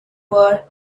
were